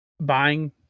buying